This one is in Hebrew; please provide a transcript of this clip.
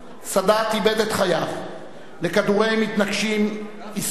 סאדאת איבד את חייו מכדורי מתנקשים אסלאמים,